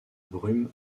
brume